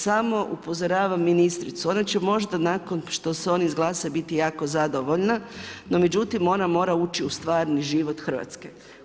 Samo upozoravam ministricu, ona će možda nakon što se on izglasa biti jako zadovoljna, no međutim ona mora ući u stvarni život Hrvatske.